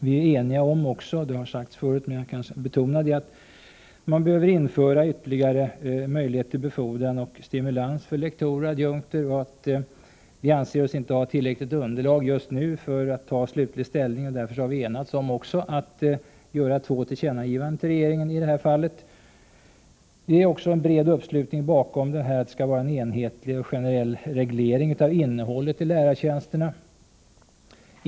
Vi är vidare eniga om — jag vill betona det — att det behöver införas någon ytterligare möjlighet till befordran och stimulans för lektorer och adjunkter, men anser oss inte ha tillräckligt underlag just nu för att ta slutlig ställning. Därför har vi enats om att göra två tillkännagivanden till regeringen i det fallet. Det är också bred uppslutning bakom att det skall vara en enhetlig och generell reglering av innehållet i lärartjänsterna.